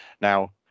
now